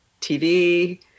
TV